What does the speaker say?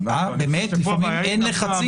האם אין אף פעם לחצים?